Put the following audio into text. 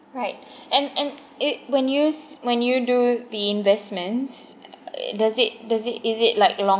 right and and it when you when you do the investments does it does it is it like long